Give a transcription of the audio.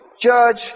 judge